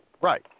Right